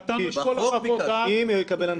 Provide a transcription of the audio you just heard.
נתנו את כל חוות הדעת --- בחוק ביקשנו.